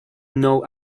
know